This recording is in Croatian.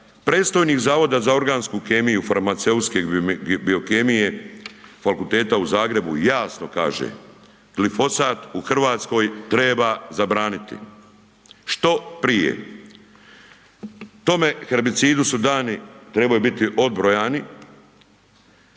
predstojnik Zavoda za organsku kemiju i farmaceutske biokemije Fakulteta u Zagrebu jasno kaže, glifosat u RH treba zabraniti što prije. Tome herbicidu su dani, trebaju biti odbrojani